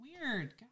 weird